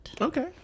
Okay